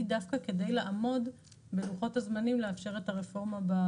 דווקא כדי לעמוד בלוחות הזמנים לאפשר את הרפורמה.